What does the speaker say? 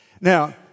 Now